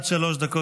האחים שלך,